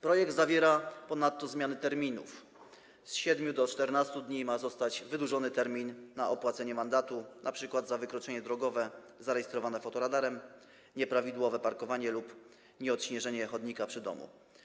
Projekt zawiera ponadto zmiany terminów: z 7 do 14 dni ma zostać wydłużony termin na opłacenie mandatu np. za wykroczenie drogowe zarejestrowane fotoradarem, nieprawidłowe parkowanie lub nieodśnieżenie chodnika przy domu.